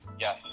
Yes